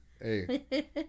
Hey